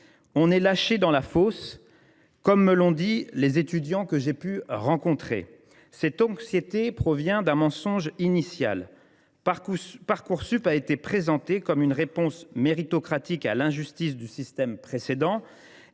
On est lâchés dans la fosse », m’ont dit les étudiants que j’ai pu rencontrer. Cette anxiété découle d’un mensonge initial : Parcoursup a été présenté comme une réponse méritocratique à l’injustice du système précédent,